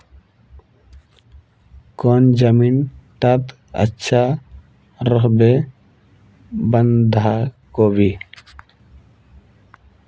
कौन जमीन टत अच्छा रोहबे बंधाकोबी?